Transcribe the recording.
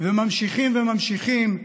וממשיכים וממשיכים,